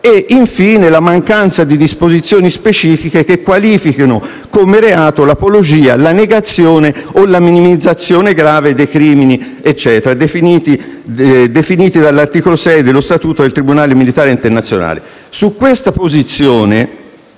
si parla - la mancanza di disposizioni specifiche che qualifichino come reato l'apologia, la negazione o la minimizzazione grossolana dei crimini definiti dall'articolo 6 dello Statuto del Tribunale militare internazionale di Norimberga